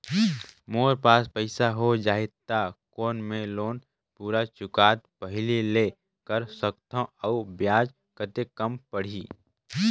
मोर पास पईसा हो जाही त कौन मैं लोन पूरा चुकता पहली ले कर सकथव अउ ब्याज कतेक कम पड़ही?